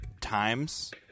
times